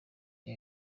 the